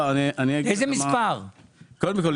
זה מופיע